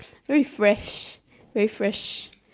very fresh very fresh